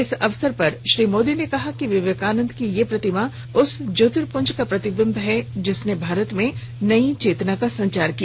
इस अवसर पर श्री मोदी ने कहा कि विवेकानंद की यह प्रतिमा उस ज्योर्तिपृंज का प्रतिबिंब है जिसने भारत में नई चेतना का संचार किया